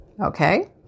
okay